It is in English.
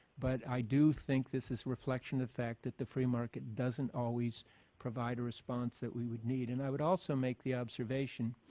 but i do think this is a reflection effect that the free market doesn't always provide a response that we would need. and i would also make the observation